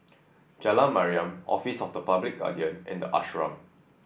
Jalan Mariam Office of the Public Guardian and the Ashram